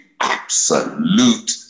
absolute